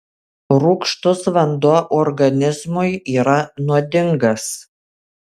rūgštus vanduo organizmui yra nuodingas